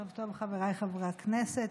ערב טוב, חבריי חברי הכנסת.